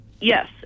Yes